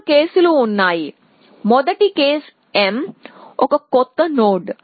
మూడు కేసులు ఉన్నాయి మొదటి కేసు m ఒక కొత్త నోడ్